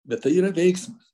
bet tai yra veiksmas